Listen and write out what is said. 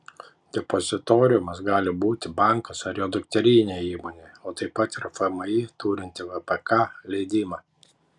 depozitoriumas gali būti bankas ar jo dukterinė įmonė o taip pat fmį turinti vpk leidimą